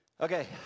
Okay